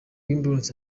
wimbledon